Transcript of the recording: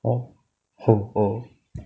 orh [ho] [ho]